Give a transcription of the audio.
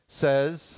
says